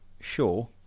sure